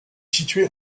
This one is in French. situé